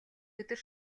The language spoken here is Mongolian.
өдөр